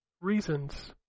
reasons